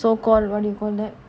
so call what do you call that